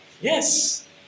Yes